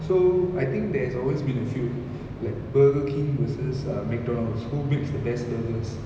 so I think there's always been a few like burger king versus uh mcdonald's who makes the best burgers